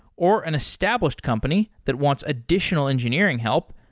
or an established company that wants additional engineering help,